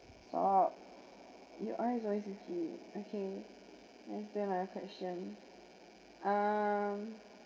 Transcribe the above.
oh your eyes always itchy okay understand like your the question um